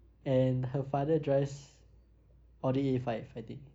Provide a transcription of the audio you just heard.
and her father drives audi A five I think